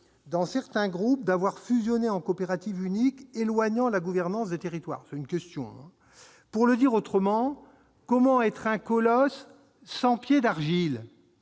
dans certains groupes, de fusionner en une coopérative unique, en éloignant la gouvernance des territoires ? C'est une question. Pour le dire autrement, comment être un colosse sans pieds d'argile ?